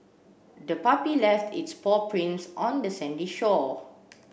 the puppy left its paw prints on the sandy shore